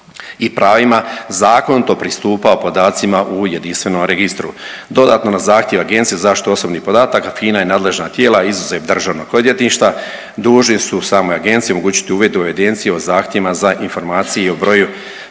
i pravima zakonito pristupao podacima u Jedinstvenom registru. Dodatno, na zahtjev Agencije za zaštitu osobnih podataka, FINA i nadležna tijela izuzev DORH-a, dužni su samoj Agenciji omogućiti uvid u evidenciju o zahtjevima za informacije i broju